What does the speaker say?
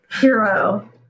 Hero